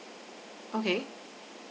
okay